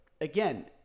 again